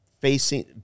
facing –